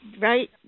right